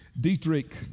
dietrich